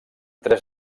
tres